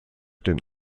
den